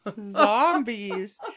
Zombies